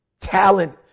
talent